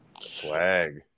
Swag